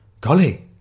Golly